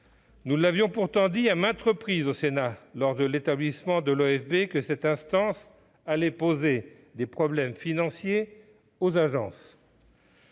Nous avions pourtant indiqué à maintes reprises, au Sénat, lors de la création de l'OFB, que cette instance allait poser des problèmes financiers aux agences.